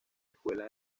escuela